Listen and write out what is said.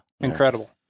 Incredible